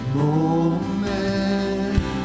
moment